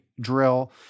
drill